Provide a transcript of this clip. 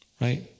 right